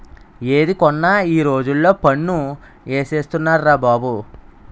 ఏది కొన్నా ఈ రోజుల్లో పన్ను ఏసేస్తున్నార్రా బాబు